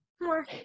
more